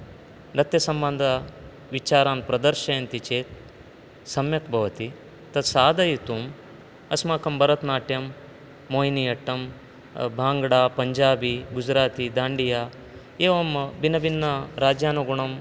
नृत्यसम्बन्धविचारान् प्रदर्शयन्ति चेत् सम्यक् भवति तत्साधयितुम् अस्माकं भरतनाट्यं मोहिनियाट्टं भाङ्ग्ड पञ्जाबि गुजराति दाण्डिय एवं भिन्नभिन्नराज्यानुगुणं